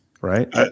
right